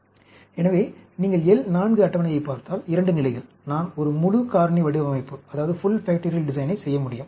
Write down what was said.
எனவே நீங்கள் L 4 அட்டவணையைப் பார்த்தால் 2 நிலைகள் நான் ஒரு முழு காரணி வடிவமைப்பைச் செய்ய முடியும்